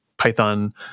python